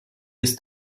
ist